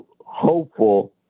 hopeful